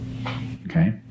Okay